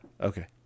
Okay